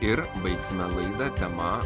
ir baigsime laidą tema